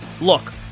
Look